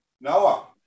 noah